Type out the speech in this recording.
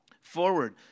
Forward